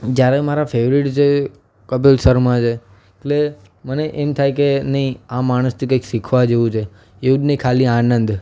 જ્યારે મારા ફેવરેટ છે એ કપિલ શર્મા છે એટલે મને એમ થાય કે નહીં આ માણસથી કંઈક શીખવા જેવુ છે એવું જ નહીં ખાલી આનંદ